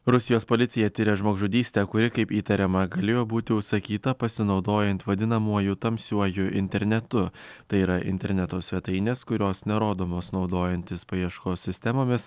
rusijos policija tiria žmogžudystę kuri kaip įtariama galėjo būti užsakyta pasinaudojant vadinamuoju tamsiuoju internetu tai yra interneto svetainės kurios nerodomos naudojantis paieškos sistemomis